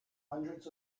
hundreds